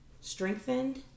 strengthened